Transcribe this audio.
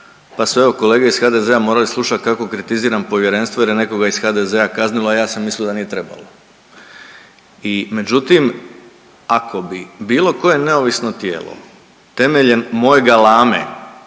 pa su evo kolege iz HDZ-a morale slušat kako kritiziram povjerenstvo jer je nekoga iz HDZ-a kaznilo, a ja sam mislio da nije trebalo. I međutim, ako bi bilo koje neovisno tijelo temeljem moje galame,